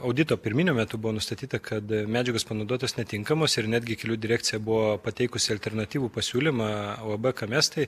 audito pirminio metu buvo nustatyta kad medžiagos panaudotos netinkamos ir netgi kelių direkcija buvo pateikusi alternatyvų pasiūlymą uab kamestai